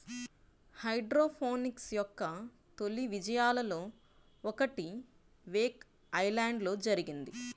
hydroponics యొక్క తొలి విజయాలలో ఒకటి వేక్ ఐలాండ్లో జరిగింది